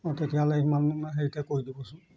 অঁ তেতিয়াহ'লে ইমান হেৰিতে কৰি দিবচোন